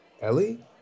Ellie